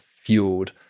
fueled